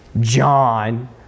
John